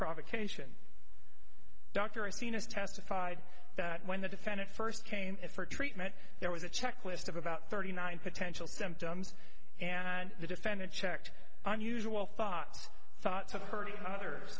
provocation dr iciness testified that when the defendant first came in for treatment there was a checklist of about thirty nine potential symptoms and the defendant checked unusual thoughts thoughts of hurting others